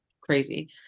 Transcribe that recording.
crazy